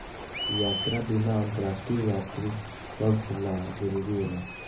यात्रा बीमा अंतरराष्ट्रीय यात्री सभ ला जरुरी होला